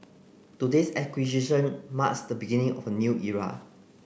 today's acquisition marks the beginning of a new era